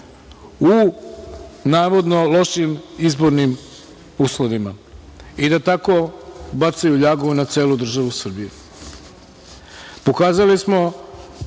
u navodno lošim izbornim uslovima i da tako bacaju ljagu na celu državu